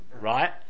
right